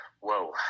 Whoa